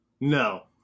no